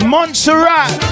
Montserrat